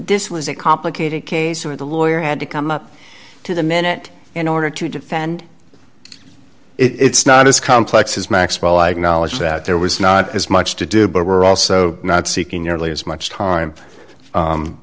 this was a complicated case with a lawyer had to come up to the minute in order to defend it's not as complex as maxwell i acknowledge that there was not as much to do but we're also not seeking nearly as much time